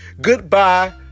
Goodbye